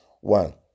one